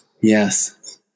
Yes